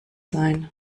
sein